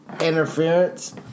interference